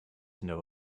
know